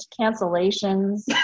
cancellations